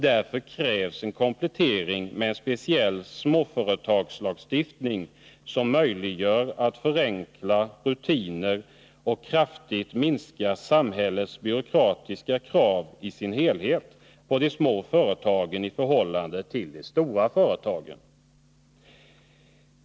Därför krävs en komplettering med en speciell småföretagslagstiftning, som möjliggör att förenkla rutiner och kraftigt minska samhällets byråkratiska krav på de små företagen i förhållande till de stora företagen.